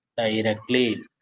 unit plane